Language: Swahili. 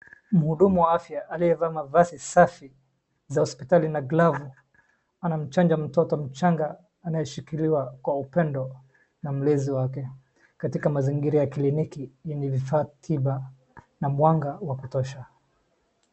Mhudumu wa afya aliyevaa mavazi safi za hospitali na glavu anamchanja mtoto mchanga anayeshikiliwa kwa upendo na mlezi wake. Katika mazingira ya kliniki inafaa tiba na mwanga wa kutosha.